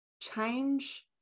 change